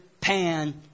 Pan